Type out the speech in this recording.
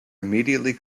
immediately